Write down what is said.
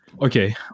Okay